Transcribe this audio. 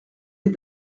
lès